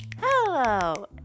Hello